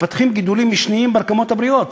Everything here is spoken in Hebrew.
מתפתחים גידולים משניים ברקמות הבריאות,